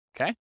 Okay